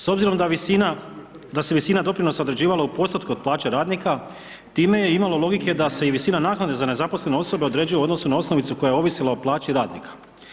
S obzirom da se visina doprinosa određivala u postotku od plaće radnika time je imalo logike da se i visina naknade za nezaposlene osobe određuje u odnosu na osnovicu koja je ovisila o plaći radnika.